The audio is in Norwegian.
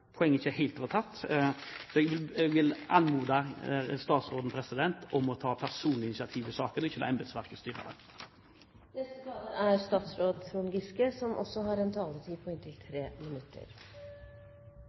poenget ikke helt er blitt tatt, så jeg vil anmode statsråden om å ta personlig initiativ i saken og ikke la embetsverket